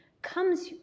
comes